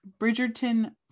Bridgerton